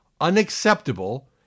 unacceptable